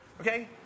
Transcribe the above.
Okay